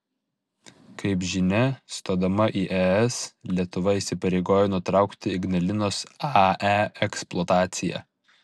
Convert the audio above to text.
kaip žinia stodama į es lietuva įsipareigojo nutraukti ignalinos ae eksploataciją